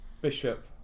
Bishop